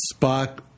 Spock